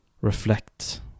reflect